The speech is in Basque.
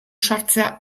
sartzea